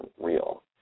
real